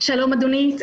שלום אדוני.